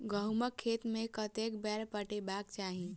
गहुंमक खेत केँ कतेक बेर पटेबाक चाहि?